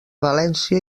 valència